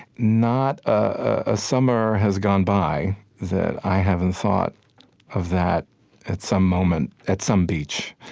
not a summer has gone by that i haven't thought of that at some moment at some beach.